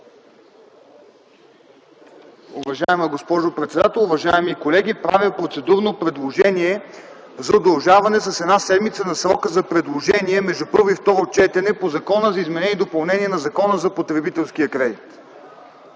Уважаема госпожо председател, уважаеми колеги! Правя процедурно предложение за удължаване с една седмица на срока за предложения между първо и второ четене по Законопроекта за изменение и допълнение на Закона за потребителския кредит.